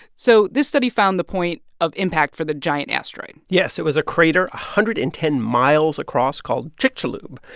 so this study found the point of impact for the giant asteroid yes, it was a crater one hundred and ten miles across called chicxulub.